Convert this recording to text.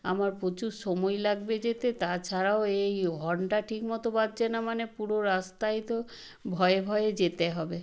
আমার প্রচুর সময় লাগবে যেতে তাছাড়াও এই হর্নটা ঠিকমতো বাজছে না মানে পুরো রাস্তায় তো ভয়ে ভয়ে যেতে হবে